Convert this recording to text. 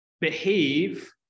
behave